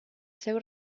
seu